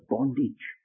Bondage